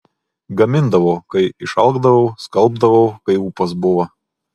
gamindavau kai išalkdavau skalbdavau kai ūpas buvo